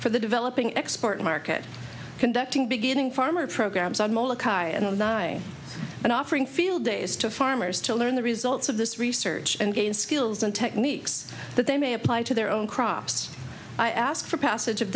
for the developing export market conducting beginning farmer programs on mola ca and ny and offering field days to farmers to learn the results of this research and gain skills and techniques that they may apply to their own crops i ask for passage of